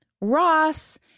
Ross